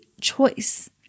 choice